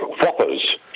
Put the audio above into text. Whoppers